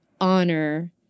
honor